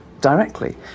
directly